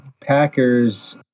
Packers